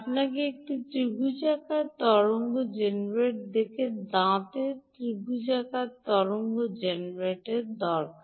আপনার একটি ত্রিভুজাকার তরঙ্গ জেনারেটর দেখে দাঁতের ত্রিভুজাকার তরঙ্গ জেনারেটর দরকার